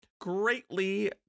greatly